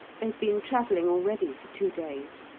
they'd been travelling already for two days.